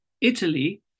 Italy